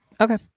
Okay